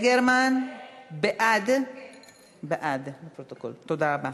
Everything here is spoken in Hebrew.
תודה רבה.